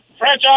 Franchise